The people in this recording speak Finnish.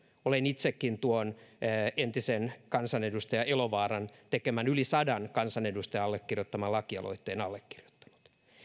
olen itsekin tuon entisen kansanedustaja elovaaran tekemän yli sadan kansanedustajan allekirjoittaman lakialoitteen allekirjoittanut